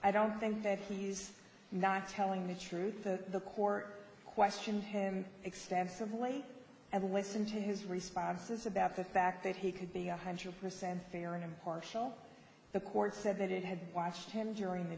i don't think that he's not telling the truth that the court questioned him extensively and listen to his responses about the fact that he could be one hundred percent fair and impartial the court said that it had watched him during the